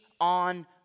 on